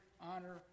honor